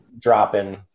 dropping